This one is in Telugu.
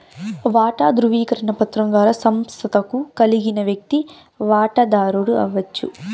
వాటా దృవీకరణ పత్రం ద్వారా సంస్తకు కలిగిన వ్యక్తి వాటదారుడు అవచ్చు